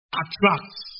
attracts